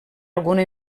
alguna